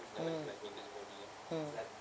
mm mm